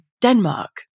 Denmark